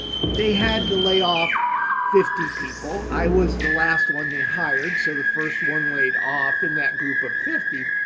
they had to lay off fifty people, i was the last one they hired. so the first one laid off in that group of fifty.